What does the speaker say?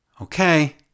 okay